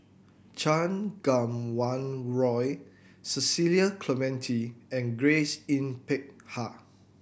Chan Kum Wah Roy Cecil Clementi and Grace Yin Peck Ha